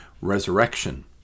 resurrection